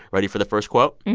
ready for the first quote?